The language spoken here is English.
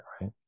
right